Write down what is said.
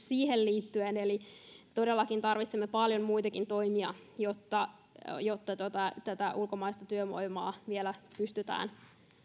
siihen liittyen eli todellakin tarvitsemme paljon muitakin toimia jotta jotta tätä ulkomaista työvoimaa vielä pystytään